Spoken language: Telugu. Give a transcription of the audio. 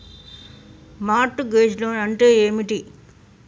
మార్ట్ గేజ్ లోన్ అంటే ఏమిటి?